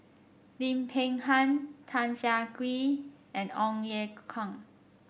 Lim Peng Han Tan Siah Kwee and Ong Ye Kung